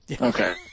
Okay